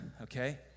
okay